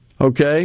Okay